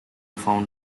found